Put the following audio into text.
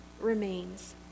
remains